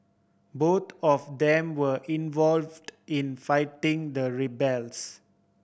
both of them were involved in fighting the rebels